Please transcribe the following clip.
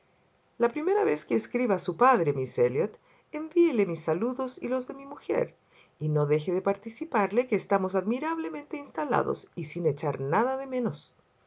la primera vez que escriba a su padre miss elliot envíele mis saludos y los de mi mujer y no deje de participarle que estamos admirablemente instalados y sin echar nada de menos